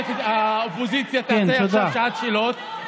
האופוזיציה תעשה עכשיו שעת שאלות,